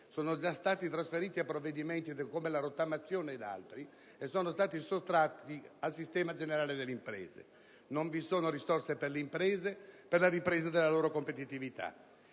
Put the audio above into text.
sono già stati trasferiti a provvedimenti come la rottamazione ed altri, e sono stati sottratti al sistema generale delle imprese. Non vi sono risorse per le imprese e per la ripresa della loro competitività.